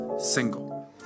Single